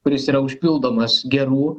kuris yra užpildomas gerų